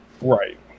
Right